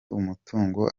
umutungo